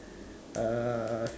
uh